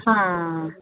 ਹਾਂ